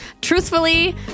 Truthfully